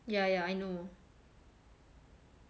yeah yeah I know